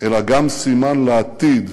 אלא גם סימן לעתיד,